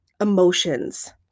emotions